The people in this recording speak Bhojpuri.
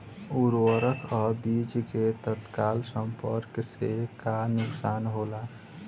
उर्वरक अ बीज के तत्काल संपर्क से का नुकसान होला?